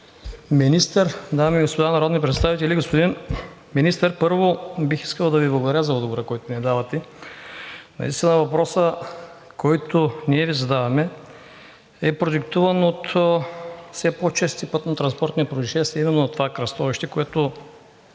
Министър, дами и господа народни представители! Господин Министър, първо бих искал да Ви благодаря за отговора, който ми давате. Наистина въпросът, който ние Ви задаваме, е продиктуван от все по чести пътнотранспортни произшествия именно от това кръстовище, което